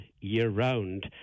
year-round